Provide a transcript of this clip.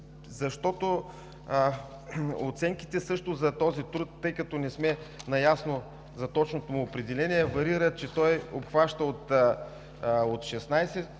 Защото оценките също за този труд, тъй като не сме наясно за точното му определение, варират, че той обхваща от 16%